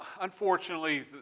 unfortunately